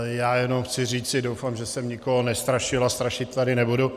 Já jenom chci říci, doufám, že jsem nikoho nestrašil, a strašit tady nebudu.